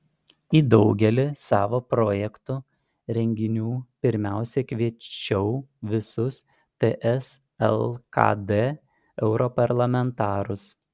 į daugelį savo projektų renginių pirmiausia kviečiau visus ts lkd europarlamentarus